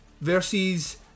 versus